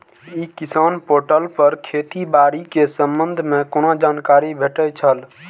ई किसान पोर्टल पर खेती बाड़ी के संबंध में कोना जानकारी भेटय छल?